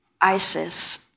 ISIS